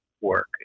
work